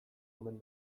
omen